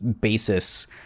basis